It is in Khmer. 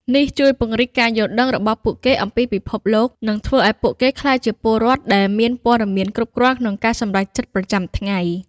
នេះជួយពង្រីកការយល់ដឹងរបស់ពួកគេអំពីពិភពលោក និងធ្វើឲ្យពួកគេក្លាយជាពលរដ្ឋដែលមានព័ត៌មានគ្រប់គ្រាន់ក្នុងការសម្រេចចិត្តប្រចាំថ្ងៃ។